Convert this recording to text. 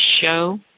show